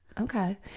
Okay